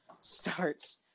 starts